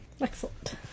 Excellent